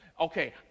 okay